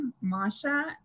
Masha